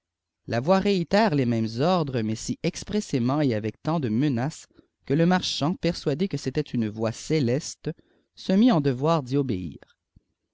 la voix réitère lesmêmes ordres mais si expressément etavec tant de menaces que le marchand persuadé que c'était une voix céleste se mit en devoir d'y obéir